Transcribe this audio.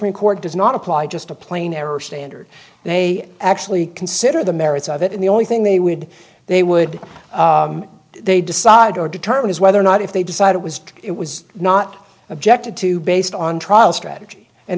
supreme court does not apply just a plain error standard they actually consider the merits of it and the only thing they would they would they decide or determine is whether or not if they decide it was it was not objected to based on trial strategy and